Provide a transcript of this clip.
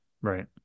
right